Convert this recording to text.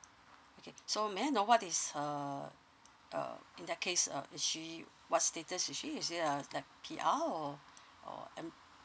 okay so may I know what is her uh in that case uh is she what status is she like P_R or or em